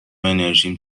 انرژیم